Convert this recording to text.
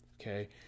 okay